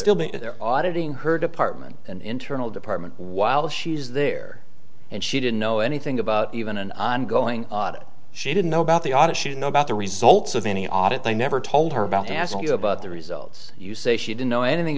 still there auditing her department and internal department while she's there and she didn't know anything about even an ongoing audit she didn't know about the audit she did know about the results of any audit they never told her about to ask you about the results you say she didn't know anything